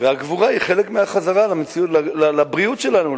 והגבורה היא חלק מהחזרה לבריאות שלנו,